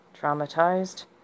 traumatized